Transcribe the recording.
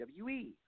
WWE